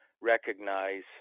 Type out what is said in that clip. recognize